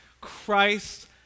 Christ